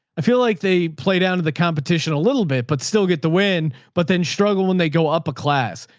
i feel like they play down to the competition a little bit, but still get the win, but then struggle when they go up a class.